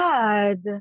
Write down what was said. God